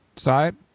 side